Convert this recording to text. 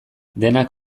denak